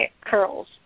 curls